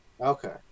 Okay